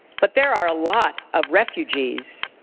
but there are a lot of refugees,